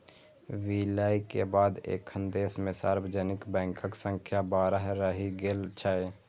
विलय के बाद एखन देश मे सार्वजनिक बैंकक संख्या बारह रहि गेल छै